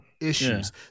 issues